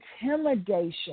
intimidation